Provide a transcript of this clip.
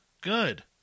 Good